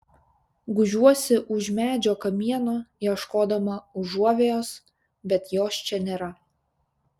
gūžiuosi už medžio kamieno ieškodama užuovėjos bet jos čia nėra